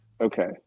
Okay